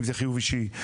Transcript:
אם זה חיוב אישי,